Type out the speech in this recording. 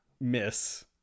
miss